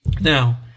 Now